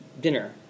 dinner